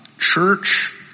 church